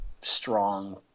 strong